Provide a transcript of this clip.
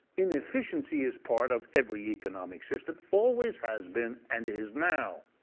inefficiency is part of every economic system, always has been and is now.